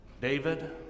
David